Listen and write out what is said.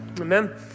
amen